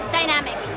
dynamic